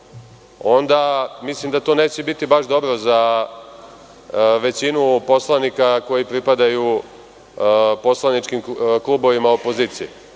onda mislim da to neće biti baš dobro za većinu poslanika koji pripadaju poslaničkim klubovima opozicije.